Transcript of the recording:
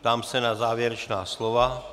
Ptám se na závěrečná slova.